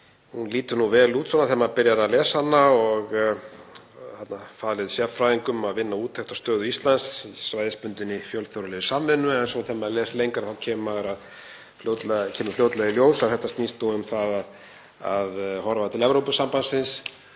lítur vel út svona þegar maður byrjar að lesa hana. Hér er sérfræðingum falið að vinna úttekt á stöðu Íslands í svæðisbundinni fjölþjóðlegri samvinnu. En svo þegar maður les lengra þá kemur fljótlega í ljós að þetta snýst um það að horfa til Evrópusambandsins